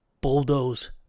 Bulldoze